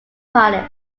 palace